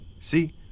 See